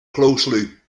closely